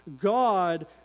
God